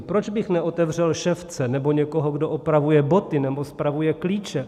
Proč bych neotevřel ševce nebo někoho, kdo opravuje boty nebo spravuje klíče.